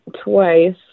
twice